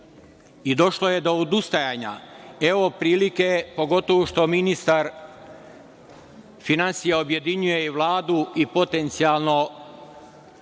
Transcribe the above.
I došlo je do odustajanja. Evo, prilike, pogotovo, što ministar finansija objedinjuje i Vladu i potencijalnog